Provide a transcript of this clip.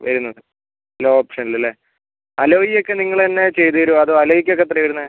വരുന്ന് ലോ ഓപ്ഷനിൽ അല്ലേ അലോയ് ഒക്കെ നിങ്ങൾ തന്നെ ചെയ്തേരോ അതോ അലോയിക്കൊക്കെ എത്രയാണ് വരുന്നത്